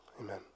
amen